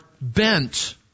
bent